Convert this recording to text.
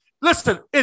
Listen